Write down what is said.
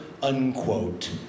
unquote